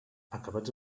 acabats